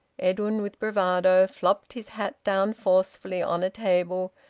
edwin with bravado flopped his hat down forcefully on a table,